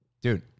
Dude